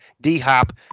D-Hop